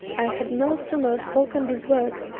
i had no sooner spoken these words,